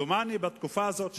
דומני שבתקופה הזאת,